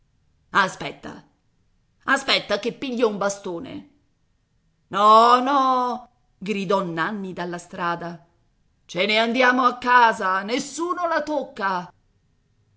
aspetta aspetta che piglio un bastone no no gridò nanni dalla strada ce ne andiamo a casa nessuno la tocca